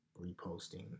reposting